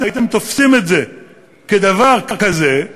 הייתם תופסים את זה כדבר כזה,